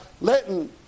letting